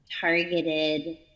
targeted